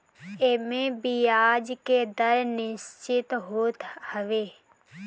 एमे बियाज के दर निश्चित होत हवे